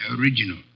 original